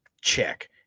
Check